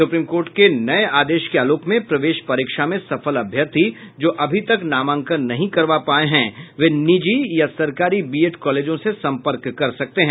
supreme court के नये आदेश के आलोक में प्रवेश परीक्षा में सफल अभ्यर्थी जो अभी तक नामांकन नहीं करवा पाये हैं वे निजी या सरकारी बीएड कॉलेजों से संपर्क कर सकते हैं